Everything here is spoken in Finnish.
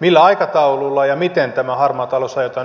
millä aikataululla ja miten tämä harmaa talous aiotaan nyt hoitaa